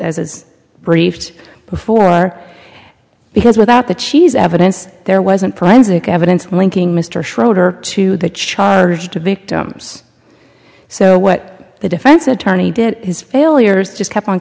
as briefed before are because without that she's evidence there wasn't forensic evidence linking mr schroeder to the charge to victims so what the defense attorney did his failures just kept on